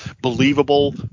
believable